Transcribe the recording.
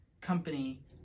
company